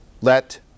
let